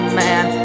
man